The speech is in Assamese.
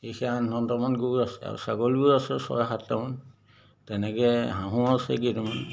এইখে আঠ নটামান গৰু আছে আৰু ছাগলীও আছে ছয় সাতটামান তেনেকৈ হাঁহো আছে কেইটামান